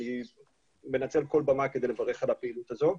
אני מנצל כל במה כדי לברך על הפעילות הזו,